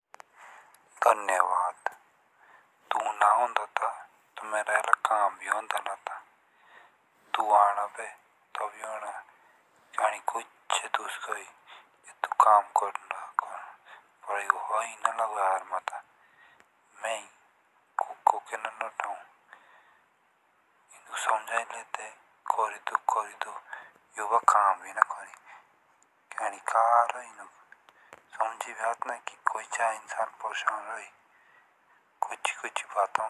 धन्यवाद तू ना होन्दा ता तो मेरा आला काम भी होन्दा ना था तू आना बे तब्ही होना किया नी कोईचे दुस गए होई अतुक काम करनक । प्र यो होई ना लागो यार माता । मैं कक्के कक्के ननोता । एनुक समझाये लेते करी दो यो बाबी करी दो क्यानी का रो होए एनुक समझी भी आती ना कि कोईचा इंसान परेशान रहे कूची कूची बता हुन ।